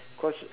because